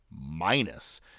Minus